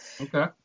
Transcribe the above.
Okay